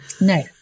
No